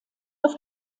auf